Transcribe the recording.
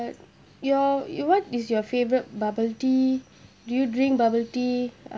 uh your you what is your favourite bubble tea do you drink bubble tea uh